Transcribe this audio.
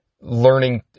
learning